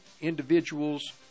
individual's